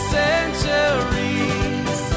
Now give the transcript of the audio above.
centuries